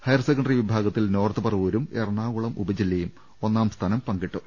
higher secondary വിഭാഗത്തിൽ north പറവൂരും എറണാകുളം ഉപജില്ലയും ഒന്നാം സ്ഥാനം പങ്കിട്ടു